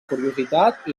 curiositat